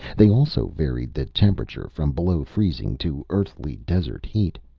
they also varied the temperature, from below freezing to earthly desert heat.